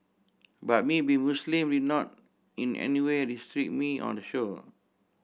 but me being Muslim did not in any way restrict me on the show